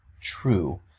true